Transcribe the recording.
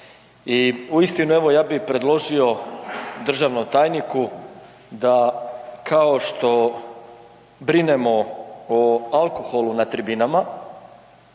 i uistinu evo ja bi predložio državnom tajniku da kao što brinemo o alkoholu na tribinama